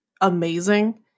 amazing